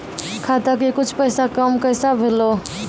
खाता के कुछ पैसा काम कैसा भेलौ?